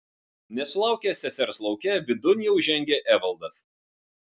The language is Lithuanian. nesulaukęs sesers lauke vidun jau žengė evaldas